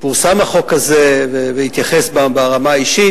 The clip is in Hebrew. פורסם החוק הזה והתייחס ברמה האישית.